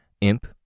Imp